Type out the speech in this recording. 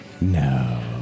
No